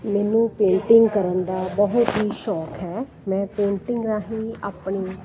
ਮੈਨੂੰ ਪੇਂਟਿੰਗ ਕਰਨ ਦਾ ਬਹੁਤ ਹੀ ਸ਼ੌਂਕ ਹੈ ਮੈਂ ਪੇਂਟਿੰਗ ਰਾਹੀਂ ਆਪਣੀ